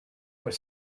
were